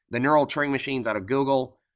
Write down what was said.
the neural touring machines out of google,